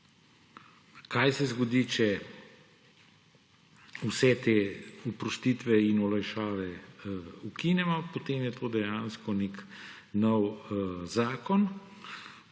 kaj se zgodi, če vse te oprostitve in olajšave ukinemo, potem je to dejansko nek nov zakon.